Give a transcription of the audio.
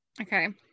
Okay